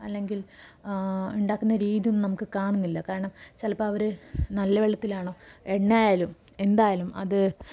അല്ലെങ്കിൽ ഉണ്ടാക്കുന്ന രീതിയൊന്നും നമുക്ക് കാണുന്നില്ല കാരണം ചിലപ്പോൾ അവർ നല്ല വെള്ളത്തിലാണോ എണ്ണയായാലും എന്തായാലും അത്